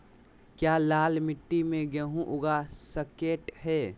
क्या लाल मिट्टी में गेंहु उगा स्केट है?